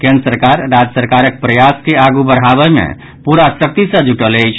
केन्द्र सरकार राज्य सरकारक प्रयास के आगू बढ़ावय मे पूरा शक्ति सॅ जुटल अछि